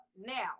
Now